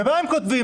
ומה הם כותבים